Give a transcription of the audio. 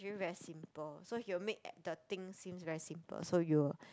theory very simple so he will make that the thing seems very simple so you will